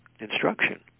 instruction